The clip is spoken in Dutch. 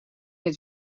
het